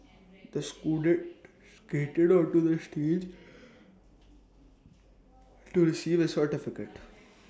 the scholar skated onto the stage to receive his certificate